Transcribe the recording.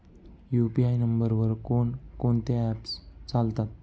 UPI नंबरवर कोण कोणते ऍप्स चालतात?